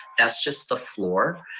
that's just the floor.